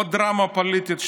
עוד דרמה פוליטית,